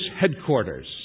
headquarters